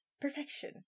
Perfection